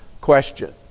question